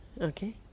Okay